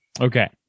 Okay